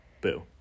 Boo